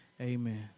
amen